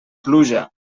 pluja